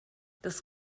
das